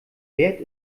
wert